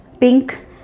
Pink